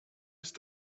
ist